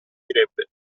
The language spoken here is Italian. direbbe